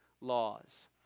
laws